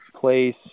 place